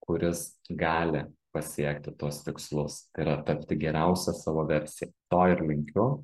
kuris gali pasiekti tuos tikslus tai yra tapti geriausia savo versija to ir linkiu